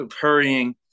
hurrying